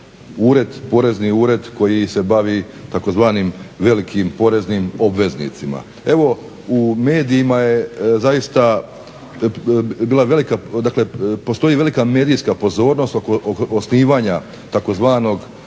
ured, porezni ured koji se bavi tzv. velikim poreznim obveznicima. Evo u medijima je zaista bila velika, dakle postoji velika medijska pozornost oko osnivanja tzv.